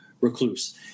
recluse